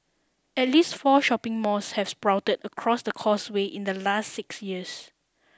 at least four shopping malls have sprouted across the Causeway in the last six years